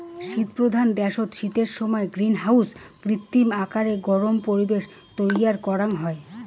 শীতপ্রধান দ্যাশত শীতের সমায় গ্রীনহাউসত কৃত্রিম আকারত গরম পরিবেশ তৈয়ার করাং হই